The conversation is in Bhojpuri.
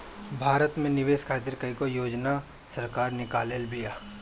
भारत में निवेश खातिर कईगो योजना सरकार निकलले बिया